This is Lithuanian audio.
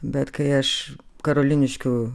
bet kai aš karoliniškių